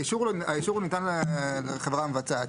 האישור ניתן לחברה מבצעת.